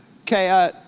okay